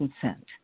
consent